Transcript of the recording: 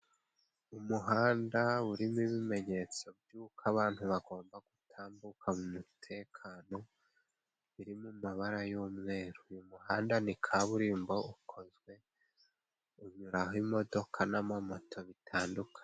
Umuhanda urimo ibimenyetso by'uko abantu bagomba gutambuka mu mutekano, biri mu mabara y'umweru. Uyu muhanda ni kaburimbo ukozwe, unyuraho imodoka n'amamoto bitandukanye.